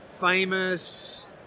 famous